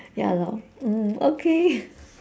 ya lor mm okay